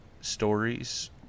stories